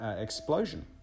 explosion